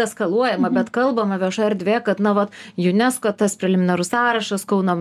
eskaluojama bet kalbama viešoj erdvėje kad na va unesco tas preliminarus sąrašas kauno